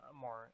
more